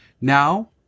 Now